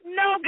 no